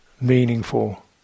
meaningful